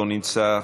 לא נמצא,